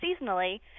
seasonally